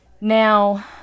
Now